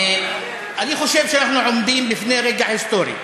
אני חושב שאנחנו עומדים לפני רגע היסטורי,